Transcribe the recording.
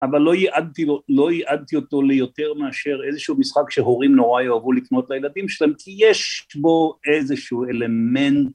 אבל לא יעדתי אותו ליותר מאשר איזשהו משחק שהורים נורא יאהבו לקנות לילדים שלהם כי יש בו איזשהו אלמנט